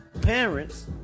Parents